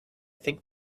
think